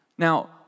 Now